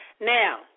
Now